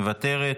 מוותרת,